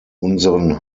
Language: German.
unseren